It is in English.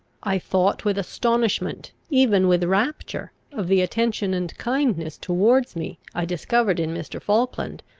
i thought with astonishment, even with rapture, of the attention and kindness towards me i discovered in mr. falkland,